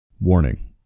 Warning